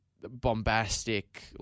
bombastic